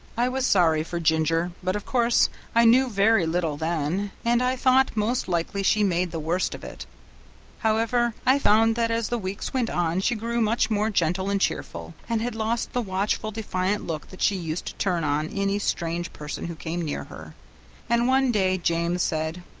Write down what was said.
i was sorry for ginger, but of course i knew very little then, and i thought most likely she made the worst of it however, i found that as the weeks went on she grew much more gentle and cheerful, and had lost the watchful, defiant look that she used to turn on any strange person who came near her and one day james said,